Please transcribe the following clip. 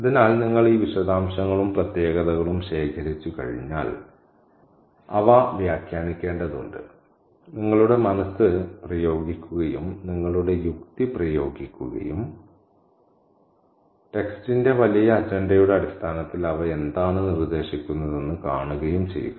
അതിനാൽ നിങ്ങൾ ഈ വിശദാംശങ്ങളും പ്രത്യേകതകളും ശേഖരിച്ചുകഴിഞ്ഞാൽ അവ വ്യാഖ്യാനിക്കേണ്ടതുണ്ട് നിങ്ങളുടെ മനസ്സ് പ്രയോഗിക്കുകയും നിങ്ങളുടെ യുക്തി പ്രയോഗിക്കുകയും ടെക്സ്റ്റിന്റെ വലിയ അജണ്ടയുടെ അടിസ്ഥാനത്തിൽ അവ എന്താണ് നിർദ്ദേശിക്കുന്നതെന്ന് കാണുകയും ചെയ്യുക